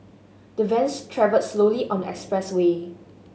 the vans travelled slowly on the expressway